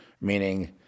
meaning